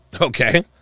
Okay